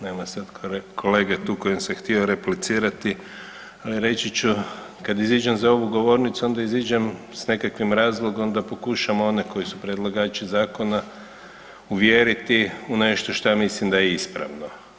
Nema sad kolege tu kojem sam htio replicirati, ali reći ću, kad iziđem za ovu govornicu, onda iziđem s nekakvim razlogom da pokušam one koji su predlagači zakona uvjeriti u nešto što ja mislim da je ispravno.